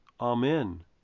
Amen